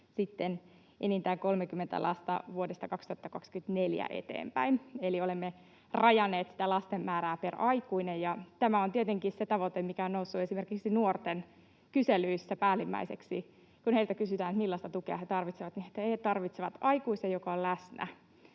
enintään 30 lasta vuodesta 2024 eteenpäin, eli olemme rajanneet sitä lasten määrää per aikuinen. Tämä on tietenkin se tavoite, mikä on noussut esimerkiksi nuorten kyselyissä päällimmäiseksi. Kun heiltä kysytään, millaista tukea he tarvitsevat, niin he tarvitsevat aikuisen, joka on läsnä,